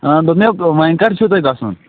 آ دوٚپمٮ۪و وۅنۍ کَر چھُو تۄہہِ گژھُن